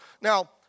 Now